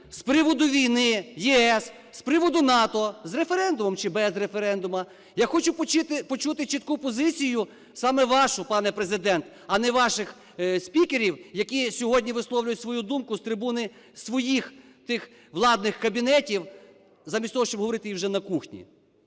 з приводу війни, ЄС, з приводу НАТО – з референдумом чи без референдуму. Я хочу почути чітку позицію саме вашу, пане Президент, а не ваших спікерів, які сьогодні висловлюють свою думку з трибуни своїх тих владних кабінетів замість того, що її вже на кухні.